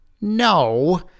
No